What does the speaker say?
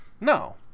No